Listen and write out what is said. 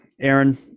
Aaron